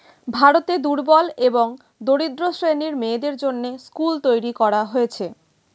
ভারতে দুর্বল এবং দরিদ্র শ্রেণীর মেয়েদের জন্যে স্কুল তৈরী করা হয়েছে